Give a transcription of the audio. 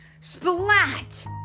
Splat